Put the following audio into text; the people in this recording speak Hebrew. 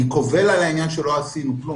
אני קובל על העניין שלא עשינו דבר,